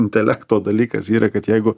intelekto dalykas yra kad jeigu